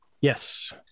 yes